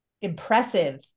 impressive